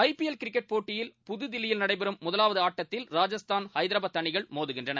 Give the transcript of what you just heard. ஐ P L cricket போட்டியில் புது தில்லியில் நடைபெறும் முதலாவது ஆட்டத்தில் ராஜஸ்தான் ஐதராபாத் அணிகள் மோதுகின்றன